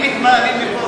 תעשה הכול אלקטרוני.